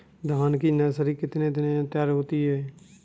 धान की नर्सरी कितने दिनों में तैयार होती है?